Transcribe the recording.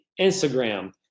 Instagram